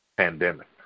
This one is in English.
pandemic